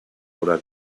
oder